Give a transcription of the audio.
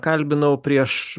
kalbinau prieš